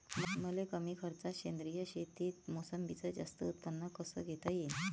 मले कमी खर्चात सेंद्रीय शेतीत मोसंबीचं जास्त उत्पन्न कस घेता येईन?